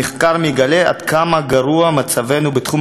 המחקר מגלה עד כמה גרוע מצבנו בתחום